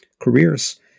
careers